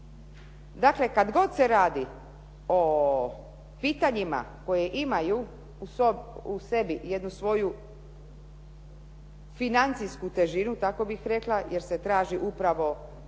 Dakle, kad god se radi o pitanjima koja imaju u sebi jednu svoju financijsku težinu, tako bih rekla jer se traže upravo